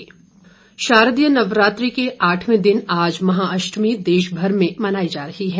महाअष्टमी शारदीय नवरात्रि के आठवें दिन आज महाअष्टमी देशभर में मनाई जा रही है